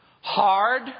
Hard